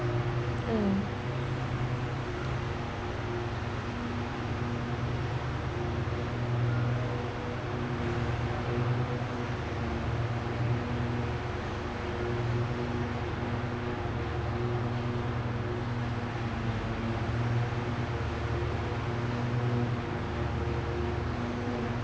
mm